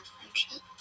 friendship